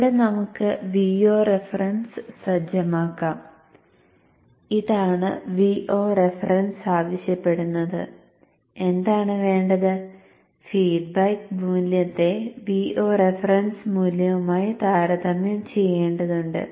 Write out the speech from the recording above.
ഇവിടെ നമുക്ക് Vo reference സജ്ജമാക്കാം ഇതാണ് Vo റഫറൻസ് ആവശ്യപ്പെടുന്നത് എന്താണ് വേണ്ടത് ഫീഡ്ബാക്ക് മൂല്യത്തെ Vo റഫറൻസ് മൂല്യവുമായി താരതമ്യം ചെയ്യേണ്ടതുണ്ട്